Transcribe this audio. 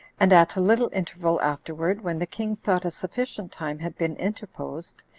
and at a little interval afterward, when the king thought a sufficient time had been interposed,